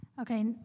Okay